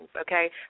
okay